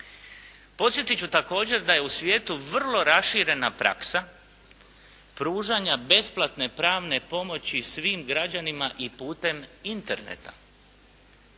Podsjetit ću također da je u svijetu vrlo raširena praksa pružanja besplatne pravne pomoći svim građanima i putem interneta.